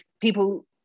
people